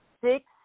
six